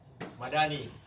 Madani